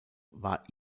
war